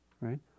right